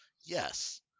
yes